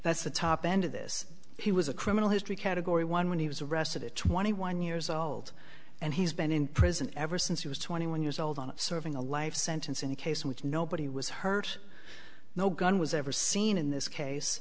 that's the top end of this he was a criminal history category one when he was arrested at twenty one years old and he's been in prison ever since he was twenty one years old and serving a life sentence in a case in which nobody was hurt no gun was ever seen in this case